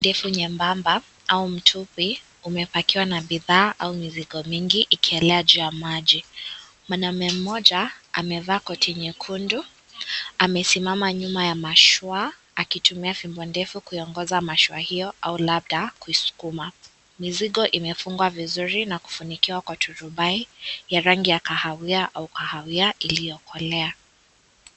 Ndevu nyembamba au mfupi umepakiwa na bidhaa au mzigo mingi ikielea juu ya maji. Mwanaume mmoja amevaa koti nyekundu amesimama nyuma ya mashua akitumia fimbo ndefu kuongoza mashua hiyo au labda kuskuma. Mzigo imefungwa vizuri na kufunikiwa kwa ya turuba rangi ya kahawia au iliyookolea.